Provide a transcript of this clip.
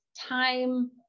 time